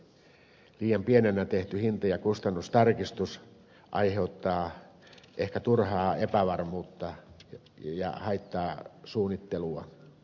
liian pienenä tehty hinta ja kustannustarkistus aiheuttaa ehkä turhaa epävarmuutta ja haittaa suunnittelua